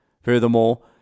Furthermore